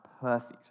perfect